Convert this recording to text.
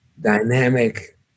dynamic